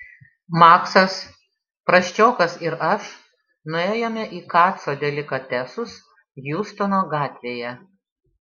maksas prasčiokas ir aš nuėjome į kaco delikatesus hjustono gatvėje